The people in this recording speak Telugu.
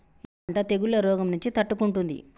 ఏ పంట తెగుళ్ల రోగం నుంచి తట్టుకుంటుంది?